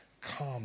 come